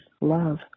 love